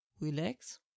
Relax